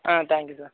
ah thank you sir